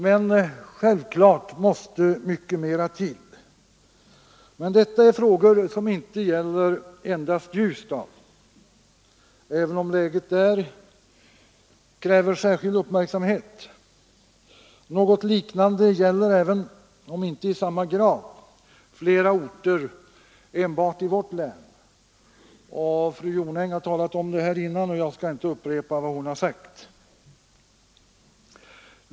Men självfallet måste mycket mer till. Detta är emellertid frågor som inte gäller endast Ljusdal, även om läget där kräver särskild uppmärksamhet. Något liknande gäller — även om inte i samma grad — flera orter enbart i vårt län. Fru Jonäng har talat om det tidigare, och jag skall inte upprepa vad hon sagt.